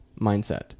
mindset